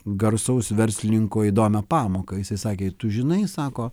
garsaus verslininko įdomią pamoką jisai sakė tu žinai sako